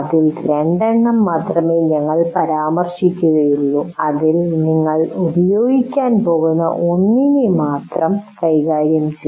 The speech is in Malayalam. അതിൽ രണ്ടെണ്ണം മാത്രമേ ഞങ്ങൾ പരാമർശിക്കുകയുള്ളൂ അതിൽ ഞങ്ങൾ ഉപയോഗിക്കാൻ പോകുന്ന ഒന്നിനെ മാത്രം കൈകാര്യം ചെയ്യും